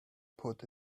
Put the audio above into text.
put